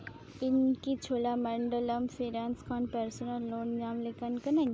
ᱤᱧᱠᱤ ᱪᱷᱳᱞᱟᱢᱚᱱᱰᱚᱞᱟᱢ ᱯᱷᱤᱱᱟᱱᱥ ᱠᱷᱚᱱ personal loan ᱧᱟᱢ ᱞᱮᱠᱟᱱ ᱠᱟᱹᱱᱟᱹᱧ